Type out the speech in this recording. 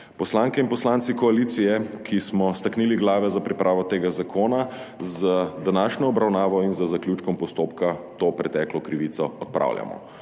Poslanke in poslanci koalicije, ki smo staknili glave za pripravo tega zakona, z današnjo obravnavo in z zaključkom postopka to preteklo krivico odpravljamo.